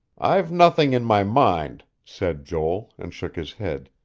i've nothing in my mind, said joel, and shook his head.